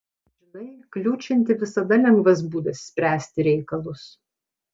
žinai kliūčinti visada lengvas būdas spręsti reikalus